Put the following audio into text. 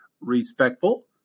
respectful